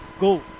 Go